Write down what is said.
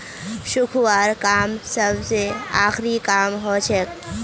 सुखव्वार काम सबस आखरी काम हछेक